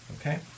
Okay